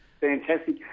Fantastic